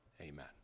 amen